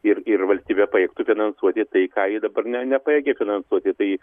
ir ir valstybė pajėgtų finansuoti tai ką ji dabar ne nepajėgi finansuoti tai